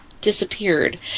disappeared